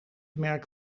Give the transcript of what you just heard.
merk